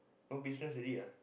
no business already ah